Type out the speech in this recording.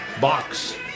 box